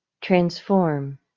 Transform